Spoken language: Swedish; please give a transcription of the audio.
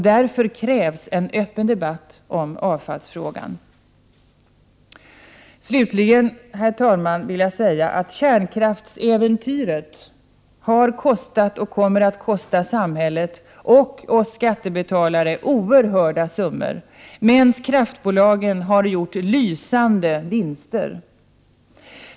Därför krävs en öppen debatt om avfallsfrågan. Herr talman! Kärnkraftsäventyret har kostat och kommer att kosta samhället och oss skattebetalare oerhörda summor, medan kraftbolagen har gjort lysande vinster.